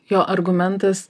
jo argumentas